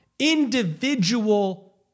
individual